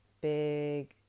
big